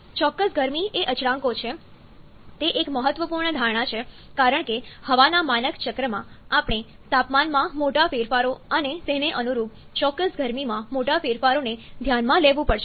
ચોક્કસ ગરમી એ અચળાંકો છે તે એક મહત્વપૂર્ણ ધારણા છે કારણ કે હવાના માનક ચક્રમાં આપણે તાપમાનમાં મોટા ફેરફારો અને તેને અનુરૂપ ચોક્કસ ગરમીમાં મોટા ફેરફારોને ધ્યાનમાં લેવું પડશે